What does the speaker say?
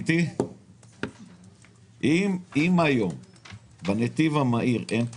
אם היום בנתיב המהיר אין פקקים,